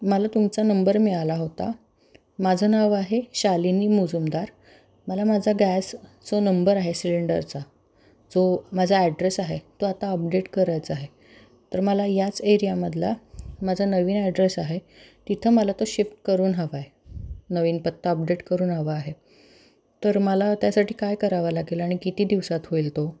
मला तुमचा नंबर मिळाला होता माझं नाव आहे शालीनी मुजुमदार मला माझा गॅस जो नंबर आहे सिलेंडरचा जो माझा ॲड्रेस आहे तो आता अपडेट करायचा आहे तर मला याच एरियामधला माझा नवीन ॲड्रेस आहे तिथं मला तो शिफ्ट करून हवा आहे नवीन पत्ता अपडेट करून हवा आहे तर मला त्यासाठी काय करावं लागेल आणि किती दिवसात होईल तो